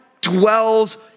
dwells